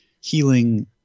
healing